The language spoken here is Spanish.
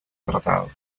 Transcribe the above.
tratado